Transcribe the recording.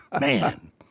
Man